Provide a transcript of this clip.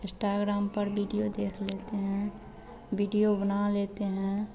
Instagram पर video देख लेते हैं बिडियो बना लेते हैं